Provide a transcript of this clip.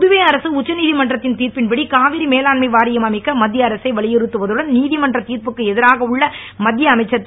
புதுவை அரசு உச்சநீதமன்றத் தீர்ப்பின்படி காவிரி மேலாண்மை வாரியம் அமைக்க மத்திய அரசை வலியுறுத்துவதுடன் நீதிமன்றத் திர்ப்புக்கு எதிராக உள்ள மத்திய அமைச்சர் இரு